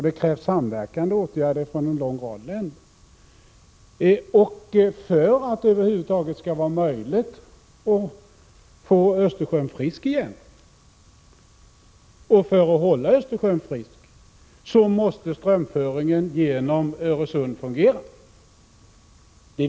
Det krävs samverkande åtgärder från en lång rad länder. För att det över huvud taget skall vara möjligt att få Östersjön frisk igen — och för att hålla Östersjön frisk — måste strömföringen genom Öresund fungera.